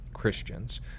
Christians